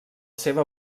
seva